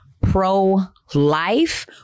pro-life